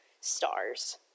stars